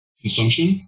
consumption